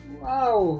wow